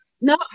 No